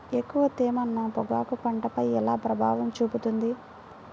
ఎక్కువ తేమ నా పొగాకు పంటపై ఎలా ప్రభావం చూపుతుంది?